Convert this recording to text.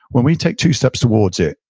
when we take two steps towards it,